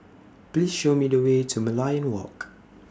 Please Show Me The Way to Merlion Walk